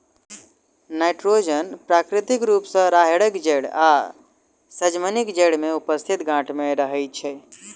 nitrogen प्राकृतिक रूप सॅ राहैड़क जड़ि आ सजमनिक जड़ि मे उपस्थित गाँठ मे रहैत छै